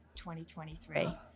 2023